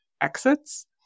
exits